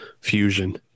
fusion